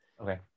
Okay